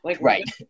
Right